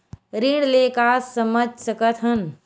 ऋण ले का समझ सकत हन?